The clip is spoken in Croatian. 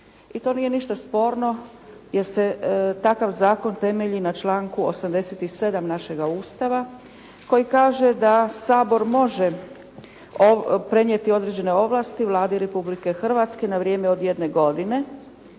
I to nije ništa sporno jer se takav zakon temelji na članku 87. našega Ustava koji kaže da Sabor može prenijeti određene ovlasti Vladi Republike Hrvatske na vrijeme od jedne godine.